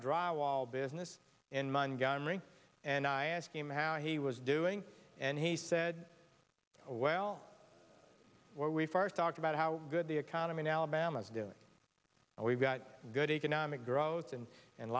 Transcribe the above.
drywall business in montgomery and i asked him how he was doing and he said well when we first talked about how good the economy alabama is doing and we've got good economic growth and and a